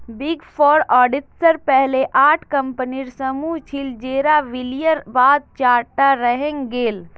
big four auditors पहले आठ कम्पनीर समूह छिल जेरा विलयर बाद चार टा रहेंग गेल